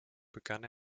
begann